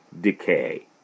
decay